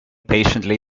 patiently